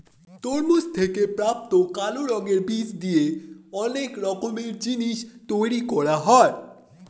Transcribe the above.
তরমুজ থেকে প্রাপ্ত কালো রঙের বীজ দিয়ে অনেক রকমের জিনিস তৈরি করা যায়